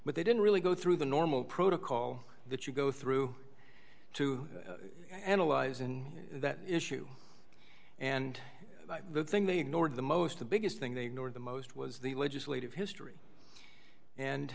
but they didn't really go through the normal protocol that you go through to analyze in that issue and the thing they ignored the most the biggest thing they ignored the most was the legislative history and